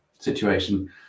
situation